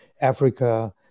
Africa